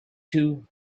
two